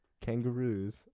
kangaroos